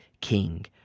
king